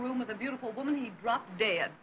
room with a beautiful woman he dropped dead